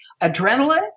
adrenaline